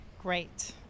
Great